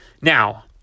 now